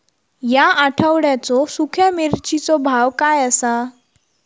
या आठवड्याचो सुख्या मिर्चीचो भाव काय आसा?